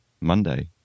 Monday